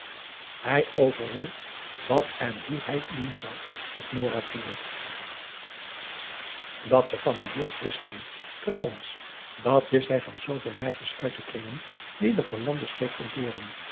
hij overwoog wat en hoe hij doen zou met nora tiele dat ze van hem hield wist hij trouwens dat wist hij van zooveel meisjes uit de kringen die de verlande's